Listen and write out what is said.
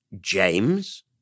James